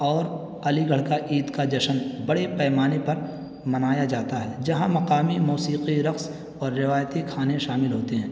اور علی گڑھ کا عید کا جشن بڑے پیمانے پر منایا جاتا ہے جہاں مقامی موسیقی رقص اور روایتی کھانے شامل ہوتے ہیں